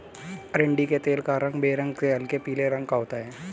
अरंडी के तेल का रंग बेरंग से हल्के पीले रंग का होता है